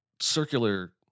circular